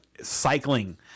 cycling